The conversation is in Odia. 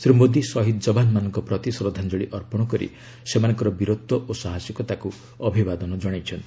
ଶ୍ରୀ ମୋଦି ସହିଦ ଜବାନମାନଙ୍କ ପ୍ରତି ଶ୍ରଦ୍ଧାଞ୍ଜଳି ଅର୍ପଣ କରି ସେମାନଙ୍କର ବୀରତ୍ୱ ଓ ସାହସିକତାକୁ ଅଭିବାଦନ ଜଣାଇଛନ୍ତି